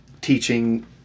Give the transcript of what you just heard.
teaching